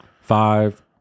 five